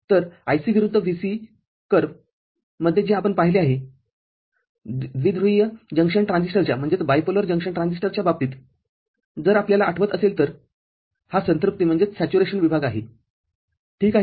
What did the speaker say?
तर IC विरुद्ध VCE वक्र मध्येजे आपण पाहिले आहेद्विध्रुवीय जंक्शन ट्रान्झिस्टरच्या बाबतीतजर आपल्याला आठवत असेल तर हा संतृप्ति विभाग आहे ठीक आहे